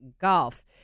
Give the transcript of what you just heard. golf